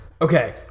Okay